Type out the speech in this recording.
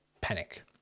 panic